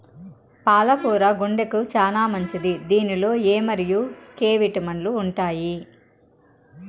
పాల కూర గుండెకు చానా మంచిది దీనిలో ఎ మరియు కే విటమిన్లు ఉంటాయి